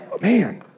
man